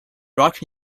rock